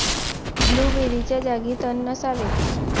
ब्लूबेरीच्या जागी तण नसावे